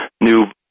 new